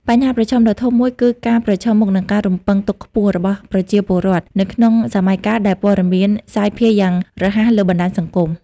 បញ្ហាប្រឈមដ៏ធំមួយគឺការប្រឈមមុខនឹងការរំពឹងទុកខ្ពស់របស់ប្រជាពលរដ្ឋ នៅក្នុងសម័យកាលដែលព័ត៌មានសាយភាយយ៉ាងរហ័សលើបណ្តាញសង្គម។